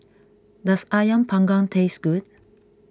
does Ayam Panggang taste good